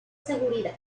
seguridad